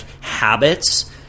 habits